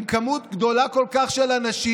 עם מספר גדול כל כך של אנשים.